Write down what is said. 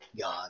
God